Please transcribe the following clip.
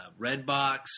Redbox